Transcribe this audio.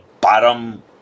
bottom